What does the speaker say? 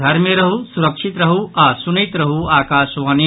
घर मे रहू सुरक्षित रहू आ सुनैत रहू आकाशवाणी